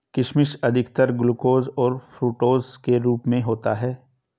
किशमिश अधिकतर ग्लूकोस और फ़्रूक्टोस के रूप में होता है